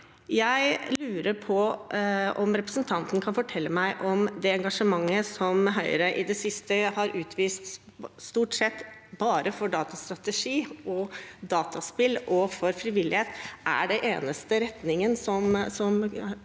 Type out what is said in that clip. Jeg lurer på om representanten kan fortelle meg om det engasjementet Høyre har utvist i det siste, stort sett bare for datastrategi, dataspill og frivillighet, er den eneste retningen